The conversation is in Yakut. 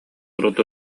урут